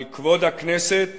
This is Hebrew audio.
על כבוד הכנסת